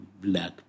black